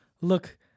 look